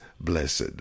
blessed